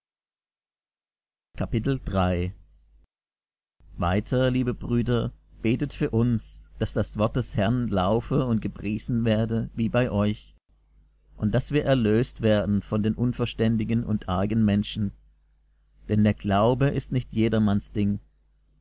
weiter liebe brüder betet für uns daß das wort des herrn laufe und gepriesen werde wie bei euch und daß wir erlöst werden von den unverständigen und argen menschen denn der glaube ist nicht